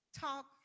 talk